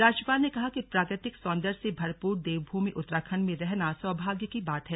राज्यपाल ने कहा कि प्राकृतिक सौन्दर्य से भरपूर देवभूमि उत्तराखण्ड में रहना सौभाग्य की बात है